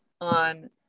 on